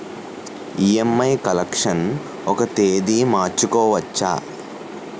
EMI collection ఒక తేదీ మార్చుకోవచ్చా?